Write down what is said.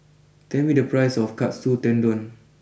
tell me the price of Katsu Tendon